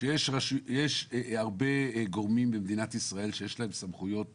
שיש הרבה גורמים במדינת ישראל שיש להם סמכויות